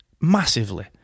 massively